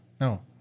No